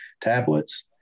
tablets